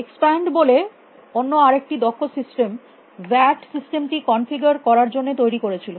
expand বলে অন্য আরেকটি দক্ষ সিস্টেম ভ্যাট সিস্টেম টি কনফিগার করার জন্য তৈরী করেছিল